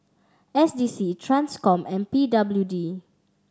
S D C Transcom and P W D